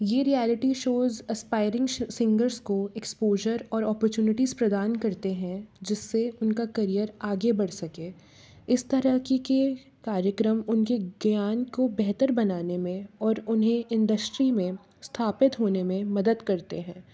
ये reality shows aspiring singer को exposure और ऑपच्यरुनिटीस प्रदान करते हैं जिससे उनका करियर आगे बढ़ सकें इस तरह की के कार्यक्रम उनके ज्ञान को बेहतर बनाने में और उन्हें इंडस्ट्री में स्थापित होने में मदद करते हैं